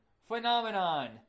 Phenomenon